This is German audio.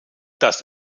dass